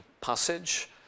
passage